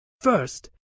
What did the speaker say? First